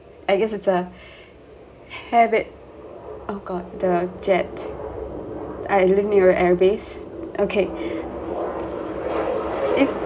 I guess it's a habit oh god the jet I live near a air base okay if